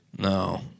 No